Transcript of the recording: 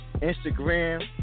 Instagram